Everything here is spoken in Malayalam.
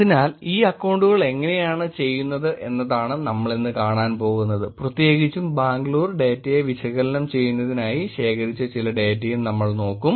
അതിനാൽ ഈ അക്കൌണ്ടുകൾ എങ്ങനെയാണ് ചെയ്യുന്നത് എന്നതാണ് നമ്മളിന്ന് കാണാൻ പോകുന്നത് പ്രത്യേകിച്ചും ബാംഗ്ലൂർ ഡേറ്റയെ വിശകലനം ചെയ്യുന്നതിനായി ശേഖരിച്ച ചില ഡേറ്റയും നമ്മൾ നോക്കും